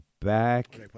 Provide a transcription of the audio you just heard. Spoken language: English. back